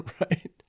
right